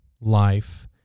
life